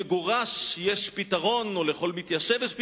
מגורש יש פתרון או לכל מתיישב יש פתרון,